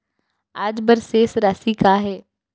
आज बर शेष राशि का हे?